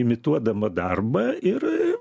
imituodama darbą ir